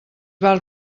val